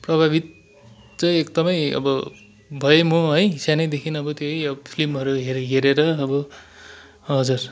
प्रभावित चाहिँ एकदमै अब भएँ म है सानैदेखि अब त्यही अब फिल्महरू हेरेर अब हजुर